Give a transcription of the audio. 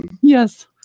Yes